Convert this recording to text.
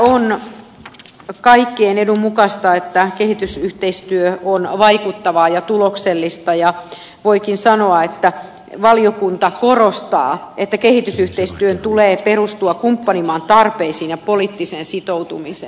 on kaikkien meidän edun mukaista että kehitysyhteistyö on vaikuttavaa ja tuloksellista ja valiokunta korostaakin että kehitysyhteistyön tulee perustua kumppanimaan tarpeisiin ja poliittiseen sitoutumiseen